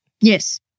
Yes